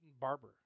Barber